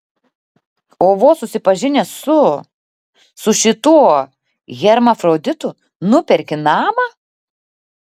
o vos susipažinęs su su šituo hermafroditu nuperki namą